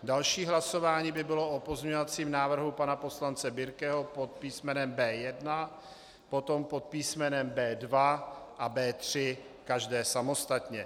Další hlasování by bylo o pozměňovacím návrhu pana poslance Birkeho pod písmenem B1, potom pod písmenem B2 a B3, každé samostatně.